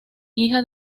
hija